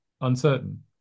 uncertain